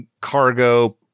cargo